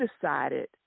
decided